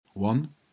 One